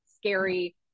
scary